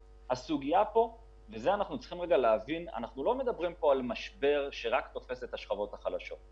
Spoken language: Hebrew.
אנחנו לא מדברים פה על משבר שרק תופס את השכבות החלשות.